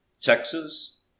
Texas